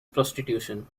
prostitution